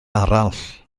arall